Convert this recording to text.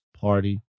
Party